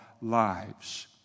lives